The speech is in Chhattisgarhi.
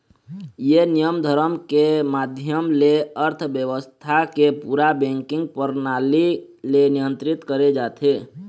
ये नियम धरम के माधियम ले अर्थबेवस्था के पूरा बेंकिग परनाली ले नियंत्रित करे जाथे